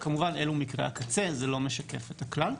כמובן שאלו מקרי הקצה, זה לא משקף את הכלל.